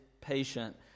patient